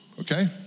okay